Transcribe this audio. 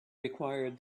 required